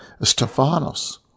Stephanos